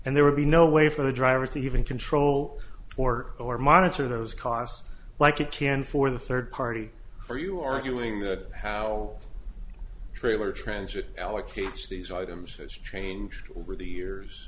and there would be no way for the driver to even control or or monitor those costs like you can for the third party are you arguing that howell trailer transit allocates these items has changed over the years